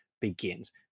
begins